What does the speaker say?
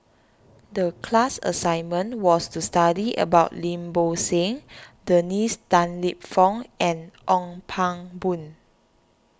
the class assignment was to study about Lim Bo Seng Dennis Tan Lip Fong and Ong Pang Boon